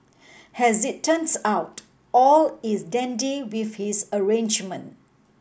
as it turns out all is dandy with this arrangement